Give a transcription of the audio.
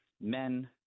men